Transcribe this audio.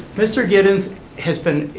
mr. gittens has been,